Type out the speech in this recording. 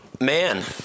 Man